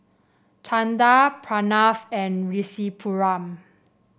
Chanda Pranav and Rasipuram